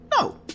No